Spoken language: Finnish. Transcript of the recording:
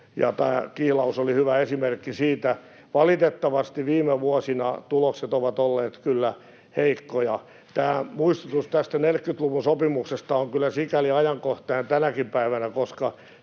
tämä kihlaus oli hyvä esimerkki siitä. Valitettavasti viime vuosina tulokset ovat olleet kyllä heikkoja. Muistutus tästä 40-luvun sopimuksesta on kyllä sikäli ajankohtainen tänäkin päivänä, että